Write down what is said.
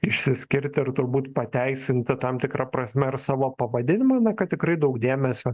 išsiskirti ir būt pateisinti tam tikra prasme ir savo pavadinimu na kad tikrai daug dėmesio